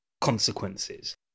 consequences